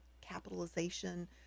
capitalization